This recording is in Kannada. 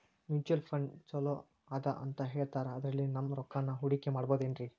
ಮ್ಯೂಚುಯಲ್ ಫಂಡ್ ಛಲೋ ಅದಾ ಅಂತಾ ಹೇಳ್ತಾರ ಅದ್ರಲ್ಲಿ ನಮ್ ರೊಕ್ಕನಾ ಹೂಡಕಿ ಮಾಡಬೋದೇನ್ರಿ?